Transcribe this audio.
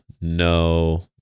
no